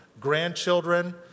grandchildren